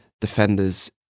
defenders